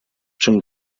czym